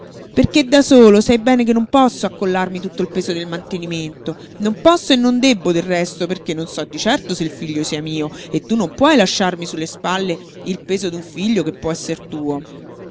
perché perché da solo sai bene che non posso accollarmi tutto il peso del mantenimento non posso e non debbo del resto perché non so di certo se il figlio sia mio e tu non puoi lasciarmi su le spalle il peso d'un figlio che può esser tuo